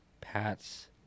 Pats